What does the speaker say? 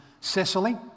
Cecily